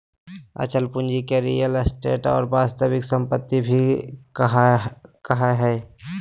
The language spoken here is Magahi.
अचल पूंजी के रीयल एस्टेट और वास्तविक सम्पत्ति भी कहइ हइ